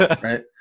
right